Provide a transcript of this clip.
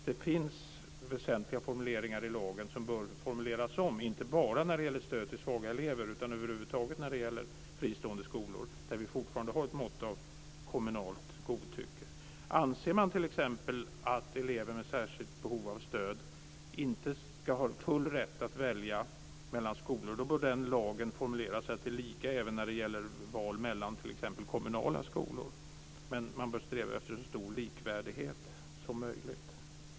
Det finns väsentliga formuleringar i lagen som bör göras om, inte bara när det gäller stöd till svaga elever, utan över huvud taget när det gäller fristående skolor, där vi fortfarande har ett mått av kommunalt godtycke. Anser man t.ex. att elever med särskilt behov av stöd inte ska ha full rätt att välja mellan skolor bör den lagen formuleras så att det är lika även när det gäller val mellan t.ex. kommunala skolor. Men man bör sträva efter så stor likvärdighet som möjligt.